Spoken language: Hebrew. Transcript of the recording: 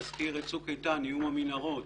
להזכיר את צוק איתן איום המנהרות